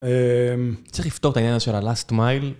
צריך לפתור את העניין הזה של ה lust mile.